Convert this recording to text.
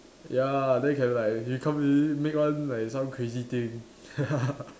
ya then can like you make one like some crazy thing